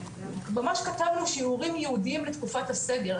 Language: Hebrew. ממש כתבנו שיעורים ייעודים לתקופת הסגר,